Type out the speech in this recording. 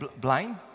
blind